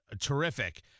terrific